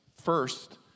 first